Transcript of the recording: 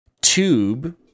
tube